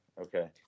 Okay